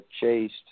chased